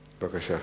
בבקשה.